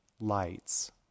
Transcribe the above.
lights